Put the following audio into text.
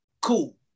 Cool